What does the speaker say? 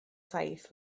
saith